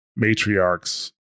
matriarchs